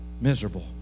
miserable